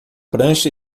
prancha